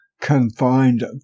confined